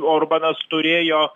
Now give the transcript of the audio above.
orbanas turėjo